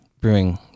brewing